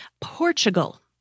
Portugal